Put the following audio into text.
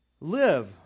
live